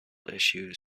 issues